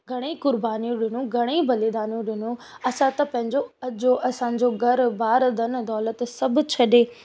घणेई कुर्बानियूं ॾिनो घणेई बलिदानियूं ॾिनो असां त पंहिंजो अजो असांजो घर बार धन दौलत सभु छॾे